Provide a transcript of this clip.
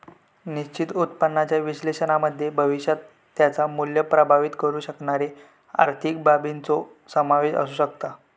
निश्चित उत्पन्नाच्या विश्लेषणामध्ये भविष्यात त्याचा मुल्य प्रभावीत करु शकणारे आर्थिक बाबींचो समावेश असु शकता